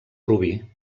rubí